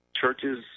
churches